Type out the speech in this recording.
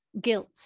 guilt